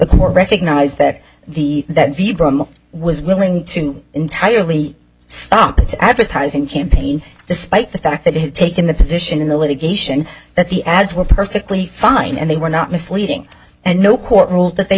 court recognise that the that was willing to entirely stop its advertising campaign despite the fact that it had taken the position in the litigation that the ads were perfectly fine and they were not misleading and no court ruled that they